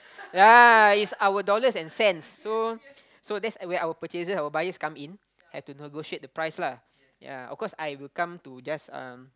ya it's our dollars and cents so so that's where our purchasers our buyers come in have to negotiate the price lah ya of course I will come to just um